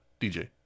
DJ